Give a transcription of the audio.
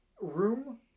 room